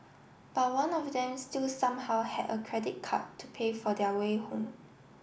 but one of them still somehow had a credit card to pay for their way home